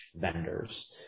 vendors